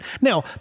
now